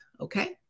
Okay